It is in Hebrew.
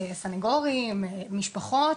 הסניגורים, משפחות,